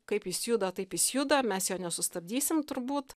kaip jis juda taip jis juda mes jo nesustabdysim turbūt